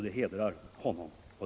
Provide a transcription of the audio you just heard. Det hedrar honom.